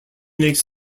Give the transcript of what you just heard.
makes